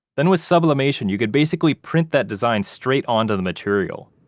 then with sublimation you could basically print that design straight onto the material,